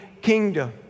kingdom